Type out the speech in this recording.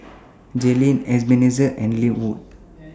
Jaylin Ebenezer and Linwood